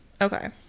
Okay